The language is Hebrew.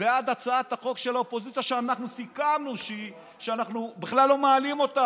בעד הצעת החוק של האופוזיציה כשאנחנו סיכמנו שאנחנו בכלל לא מעלים אותה.